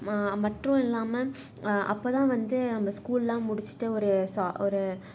ம மற்றும் இல்லாம அப்போதான் வந்து நம்ப ஸ்கூல் எல்லாம் முடிச்சிவிட்டு ஒரு சா ஒரு